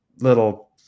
little